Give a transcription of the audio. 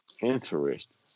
Interesting